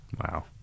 wow